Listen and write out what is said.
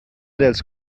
dels